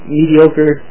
mediocre